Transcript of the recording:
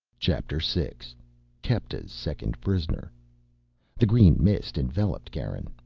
chapter six kepta's second prisoner the green mist enveloped garin.